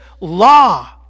law